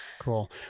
Cool